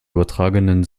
übertragenen